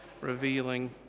revealing